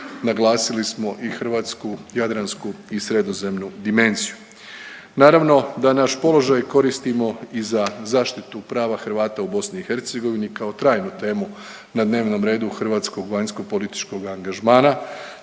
naglasili smo i hrvatsku jadransku i sredozemnu dimenziju. Naravno da naš položaj koristimo i za zaštitu prava Hrvata u BiH kao trajnu temu na dnevnom redu hrvatskog vanjskopolitičkog angažmana.